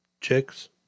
chicks